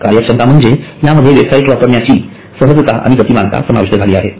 कार्यक्षमता म्हणजे यामध्ये वेबसाइट वापरण्याची सहजता आणि गतीमानता समाविष्ट आहे